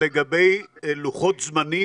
לגבי לוחות זמנים,